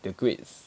the grades